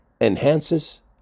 enhances